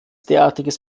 derartiges